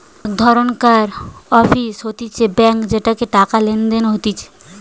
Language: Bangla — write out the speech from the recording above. এক ধরণকার অফিস হতিছে ব্যাঙ্ক যেটাতে টাকা লেনদেন হতিছে